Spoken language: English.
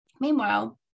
Meanwhile